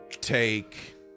take